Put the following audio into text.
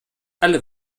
alle